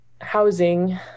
housing